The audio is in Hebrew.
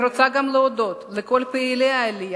אני רוצה גם להודות לכל פעילי העלייה,